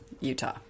Utah